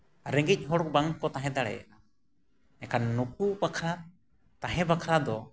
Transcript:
ᱨᱮᱸᱜᱮᱡ ᱦᱚᱲ ᱵᱟᱝ ᱠᱚ ᱛᱟᱦᱮᱸ ᱫᱟᱲᱮᱭᱟᱜᱼᱟ ᱮᱱᱠᱷᱟᱱ ᱱᱩᱠᱩ ᱵᱟᱠᱷᱨᱟ ᱛᱟᱦᱮᱸ ᱵᱟᱠᱷᱨᱟ ᱫᱚ